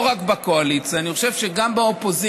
לא רק בקואליציה, אני חושב שגם באופוזיציה,